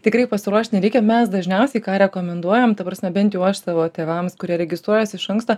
tikrai pasiruošt nereikia mes dažniausiai ką rekomenduojam ta prasme bent jau aš savo tėvams kurie registruojas iš anksto